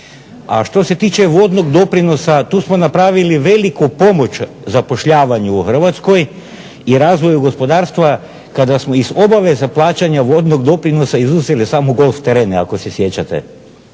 što se tiče vodnog doprinosa, tu smo napravili veliku pomoć zapošljavanju u Hrvatskoj i razvoju gospodarstva kada smo iz obaveza plaćanja vodnog doprinosa izuzeli samo golf terene ako se sjećate.